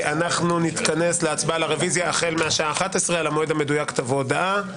נתכנס החל מהשעה 11:00. על המועד המדויק תבוא הודעה.